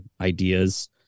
ideas